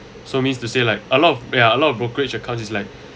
so means to say like a lot of ya a lot of brokerage account is like